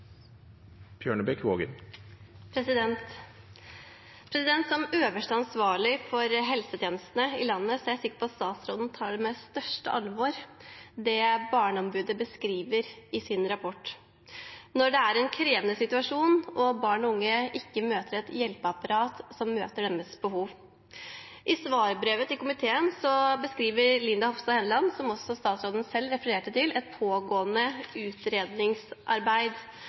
jeg sikker på at statsråden tar på største alvor det Barneombudet beskriver i sin rapport – når det er en krevende situasjon og barn og unge ikke møter et hjelpeapparat som møter deres behov. I svarbrevet til komiteen beskriver tidligere statsråd Linda C. Hofstad Helleland, som også statsråden selv refererte til, et pågående utredningsarbeid.